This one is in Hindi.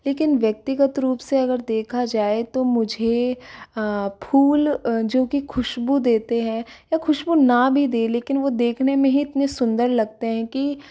लेकिन व्यक्तिगत रूप से अगर देखा जाए तो मुझे फूल जो की खुशबू देते हैं या खुशबू न भी दें लेकिन वो देखने में ही इतने सुंदर लगते हैं कि